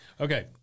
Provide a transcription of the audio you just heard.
Okay